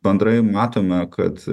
bendrai matome kad